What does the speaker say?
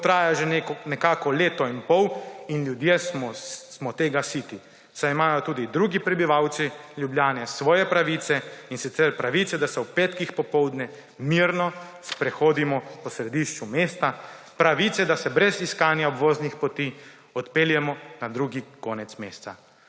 To traja že nekako leto in pol in ljudje smo tega siti. Saj imajo tudi drugi prebivalci Ljubljane svoje pravice, in sicer pravice, da se ob petkih popoldne mirno sprehodimo po središču mesta, pravice, da se brez iskanja obvoznih poti odpeljemo na drugi konec mesta.«